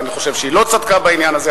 ואני חושב שהיא לא צדקה בעניין הזה,